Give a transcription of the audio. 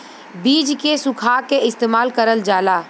बीज के सुखा के इस्तेमाल करल जाला